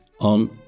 on